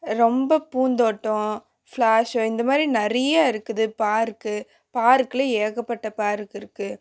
ரொம்ப பூந்தோட்டம் flower show இந்தமாதிரி நிறைய இருக்குது பார்க்கு பார்க்கில் ஏகப்பட்ட பார்க் இருக்குது